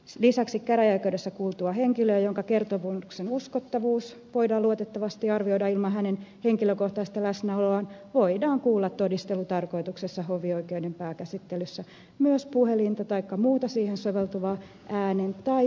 lisäksi käräjäoikeudessa kuultua henkilöä jonka kertomuksen uskottavuus voidaan luotettavasti arvioida ilman hänen henkilökohtaista läsnäoloaan voidaan kuulla todistelutarkoituksessa hovioikeuden pääkäsittelyssä myös puhelinta taikka muuta siihen soveltuvaa äänen tai kuvanvälitysmenetelmää käyttäen